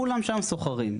כולם שם שוכרים.